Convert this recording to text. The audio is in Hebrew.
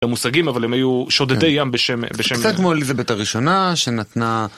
המושגים, אבל הם היו שודדי ים בשם... בשם... - קצת כמו אליזבט הראשונה, שנתנה...